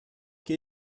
que